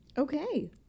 Okay